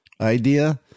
idea